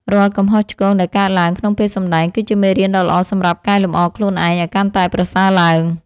រាល់កំហុសឆ្គងដែលកើតឡើងក្នុងពេលសម្តែងគឺជាមេរៀនដ៏ល្អសម្រាប់កែលម្អខ្លួនឯងឱ្យកាន់តែប្រសើរឡើង។